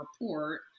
report